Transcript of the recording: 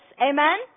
amen